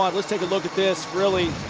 um let's take a look at this. really,